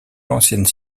l’ancienne